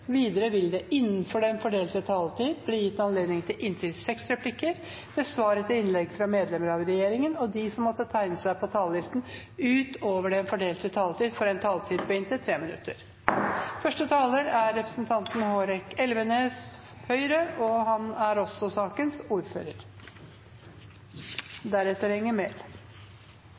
Videre vil det – innenfor den fordelte taletid – bli gitt anledning til inntil fem replikker med svar etter innlegg fra medlemmer av regjeringen, og de som måtte tegne seg på talerlisten utover den fordelte taletid, får en taletid på inntil 3 minutter. Det er kanskje på sin plass å gjøre oppmerksom på at jeg ikke er